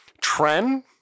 Trend